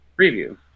preview